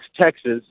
Texas